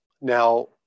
now